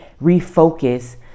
refocus